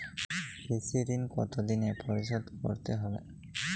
কৃষি ঋণ কতোদিনে পরিশোধ করতে হবে?